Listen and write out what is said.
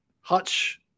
Hutch